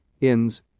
inns